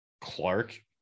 Clark